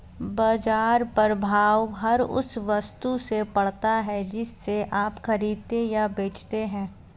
बाज़ार प्रभाव हर उस वस्तु से पड़ता है जिसे आप खरीदते या बेचते हैं